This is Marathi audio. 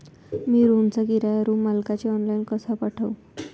मी रूमचा किराया रूम मालकाले ऑनलाईन कसा पाठवू?